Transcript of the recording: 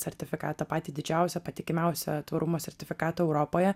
sertifikatą patį didžiausią patikimiausią tvarumo sertifikatą europoje